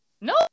no